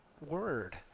word